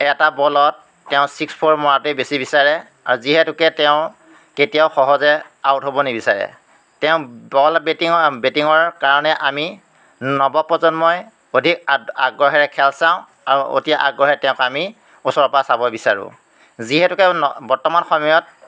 এটা বলত তেওঁ ছিক্স ফ'ৰ মৰাটোৱেই বেছি বিচাৰে আৰু যিহেতুকে তেওঁ কেতিয়াও সহজে আউট হ'ব নিবিচাৰে তেওঁ বল বেটিঙৰ বেটিঙৰ কাৰণে আমি নৱপ্ৰজন্মই অধিক আগ্ৰহেৰে খেল চাওঁ আৰু অতি আগ্ৰহেৰে তেওঁক আমি ওচৰৰপৰা চাব বিচাৰোঁ যিহেতুকে ন বৰ্তমান সময়ত